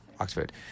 Oxford